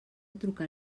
trucar